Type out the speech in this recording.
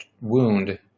wound